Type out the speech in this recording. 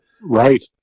right